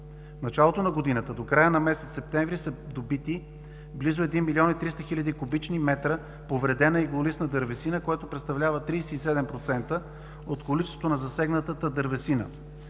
началото на годината до края на месец септември са добити близо 1 млн. 300 хил. кубични метра повредена иглолистна дървесина, което представлява 37% от количеството на засегнатата дървесина.